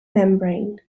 membrane